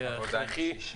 היה הכרחי.